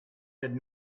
had